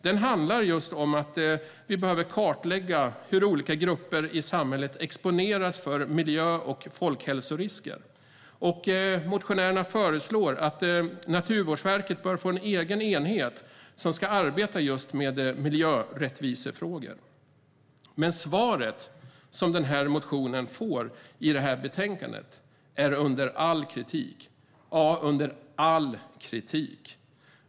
Den handlar om att vi behöver kartlägga hur olika grupper i samhället exponeras för miljö och folkhälsorisker. Motionärerna föreslår att Naturvårdsverket bör få en egen enhet som ska arbeta med miljörättvisefrågor. Men det svar som motionen får i betänkandet är under all kritik - ja, under all kritik .